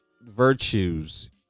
virtues